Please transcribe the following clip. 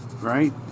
right